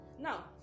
Now